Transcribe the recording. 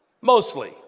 mostly